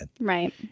Right